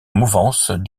mouvance